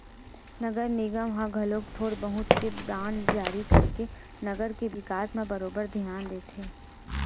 नगर निगम ह घलो थोर बहुत के बांड जारी करके नगर के बिकास म बरोबर धियान देथे